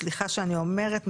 סליחה שאני אומרת,